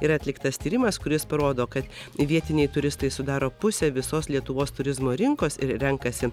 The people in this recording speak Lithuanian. ir atliktas tyrimas kuris parodo kad vietiniai turistai sudaro pusę visos lietuvos turizmo rinkos ir renkasi